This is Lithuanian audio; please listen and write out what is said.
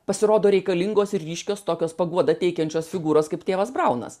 pasirodo reikalingos ir ryškios tokios paguodą teikiančios figūros kaip tėvas braunas